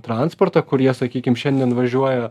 transportą kurie sakykim šiandien važiuoja